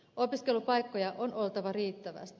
opiskelupaikkoja on oltava riittävästi